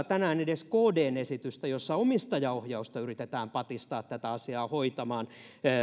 tänään edes kdn esitystä jossa omistajaohjausta yritetään patistaa tätä asiaa hoitamaan